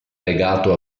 legato